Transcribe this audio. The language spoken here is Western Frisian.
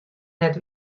net